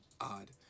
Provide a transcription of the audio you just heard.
odd